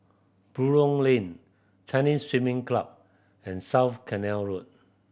Buroh Lane Chinese Swimming Club and South Canal Road